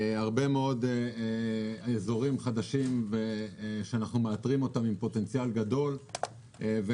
יש הרבה מאוד אזורים חדשים שאנחנו מאתרים אותם עם פוטנציאל גדול וגם